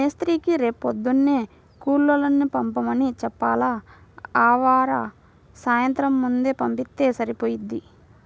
మేస్త్రీకి రేపొద్దున్నే కూలోళ్ళని పంపమని చెప్పాల, ఆవార సాయంత్రం ముందే పంపిత్తే సరిపోయిద్ది